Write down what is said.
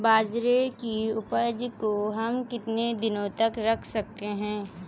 बाजरे की उपज को हम कितने दिनों तक रख सकते हैं?